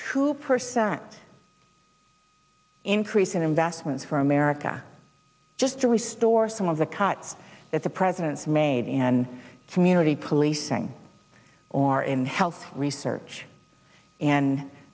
two percent increase in investments for america just to restore some of the cuts that the president's made and community policing or in health research and